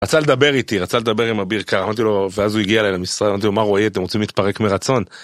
רצה לדבר איתי, רצה לדבר עם אביר קרא, אמרתי לו, ואז הוא הגיע אליי למשרד, אמרתי לו, מה רועי, אתם רוצים להתפרק מרצון?